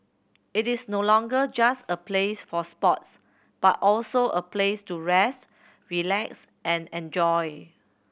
it is no longer just a place for sports but also a place to rest relax and enjoy